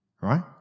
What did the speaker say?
right